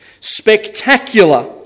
spectacular